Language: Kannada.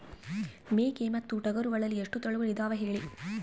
ಮೇಕೆ ಮತ್ತು ಟಗರುಗಳಲ್ಲಿ ಎಷ್ಟು ತಳಿಗಳು ಇದಾವ ಹೇಳಿ?